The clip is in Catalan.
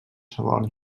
celoni